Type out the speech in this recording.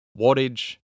wattage